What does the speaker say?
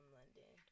London